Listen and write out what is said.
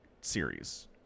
series